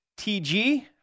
TG